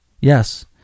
Yes